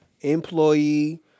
employee